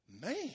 man